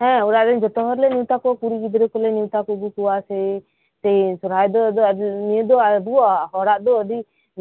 ᱦᱮᱸ ᱚᱲᱟᱜ ᱨᱮᱱ ᱡᱚᱛᱚ ᱦᱚᱲᱞᱮ ᱱᱮᱣᱛᱟ ᱠᱚᱣᱟ ᱠᱩᱲᱤ ᱜᱤᱫᱽᱨᱟᱹ ᱠᱩᱞᱮ ᱱᱮᱣᱛᱟ ᱠᱩᱜᱤᱠᱚᱣᱟ ᱥᱮ ᱥᱚᱦᱨᱟᱭ ᱫᱚ ᱟᱫᱚ ᱱᱤᱭᱟᱹᱫᱚ ᱟᱵᱩ ᱦᱚᱲᱟᱜ